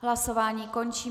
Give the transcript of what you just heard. Hlasování končím.